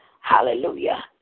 hallelujah